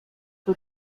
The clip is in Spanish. fue